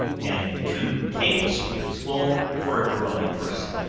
and two table-spoonsful for a grown person.